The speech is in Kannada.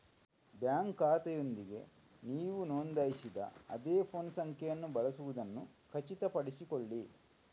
ಬ್ಯಾಂಕ್ ಖಾತೆಯೊಂದಿಗೆ ನೀವು ನೋಂದಾಯಿಸಿದ ಅದೇ ಫೋನ್ ಸಂಖ್ಯೆಯನ್ನು ಬಳಸುವುದನ್ನು ಖಚಿತಪಡಿಸಿಕೊಳ್ಳಿ